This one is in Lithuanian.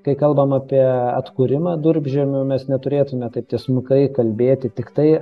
kai kalbam apie atkūrimą durpžemių mes neturėtume taip tiesmukai kalbėti tiktai